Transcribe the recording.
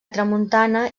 tramuntana